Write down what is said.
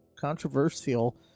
controversial